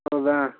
ಹೌದಾ